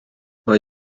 mae